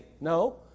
No